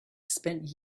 spent